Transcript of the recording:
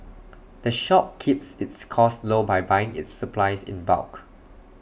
the shop keeps its costs low by buying its supplies in bulk